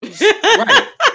Right